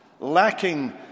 Lacking